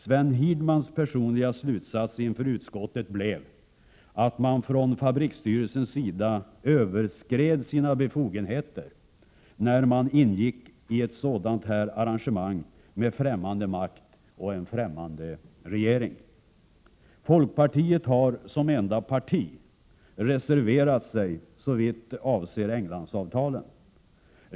Sven Hirdmans personliga slutsats inför utskottet blev att man från fabriksstyrelsens sida överskred sina befogenheter när man ingick i ett sådant här arrangemang med en främmande makt och en främmande regering. Folkpartiet har som enda parti reserverat sig såvitt avser Englandsavtalen.